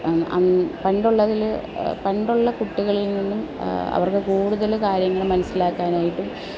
പണ്ടുള്ളതിൽ പണ്ടുള്ള കുട്ടികളിൽ നിന്നും അവർക്ക് കൂടുതൽ കാര്യങ്ങൾ മനസ്സിലാക്കാനായിട്ടും